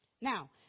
Now